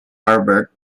herbert